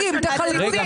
קרמבו.